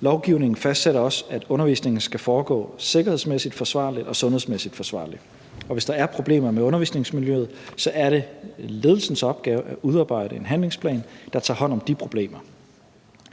Lovgivningen fastsætter også, at undervisningen skal foregå sikkerhedsmæssigt forsvarligt og sundhedsmæssigt forsvarligt, og hvis der er problemer med undervisningsmiljøet, er det ledelsens opgave at udarbejde en handlingsplan, der tager hånd om de problemer.